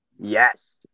Yes